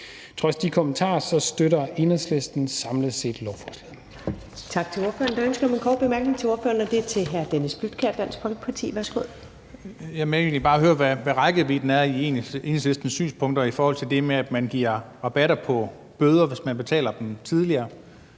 Trods de kommentarer støtter Enhedslisten samlet set lovforslaget.